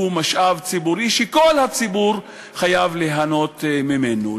זה משאב ציבורי שכל הציבור חייב ליהנות ממנו.